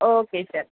okay sir